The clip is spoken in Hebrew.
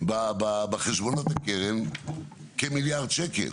בחשבונות הקרן כמיליארד שקל.